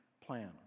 plan